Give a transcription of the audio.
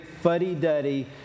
fuddy-duddy